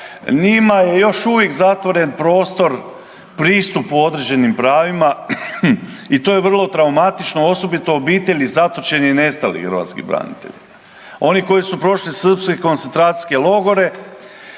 njima je još uvijek zatvoren prostor pristupu određenim pravima i to je vrlo traumatično, osobito obitelji zatočenih i nestalih hrvatskih branitelja, oni koji su prošli srpske koncentracijske logore